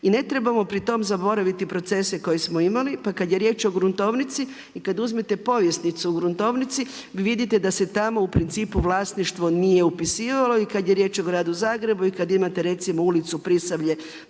I ne trebamo pri tome zaboraviti procese koje smo imali. Pa kada je riječ o gruntovnici i kada uzmete povjesnicu u gruntovnici vidite da se tamo u principu vlasništvo nije upisivalo. I kada je riječ o gradu Zagrebu i kada imate recimo ulicu Pisavlje, to vam je